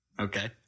Okay